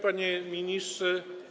Panie Ministrze!